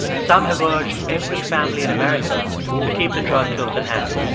some have urged every family in america to keep the drug close at hand.